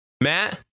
Matt